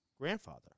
grandfather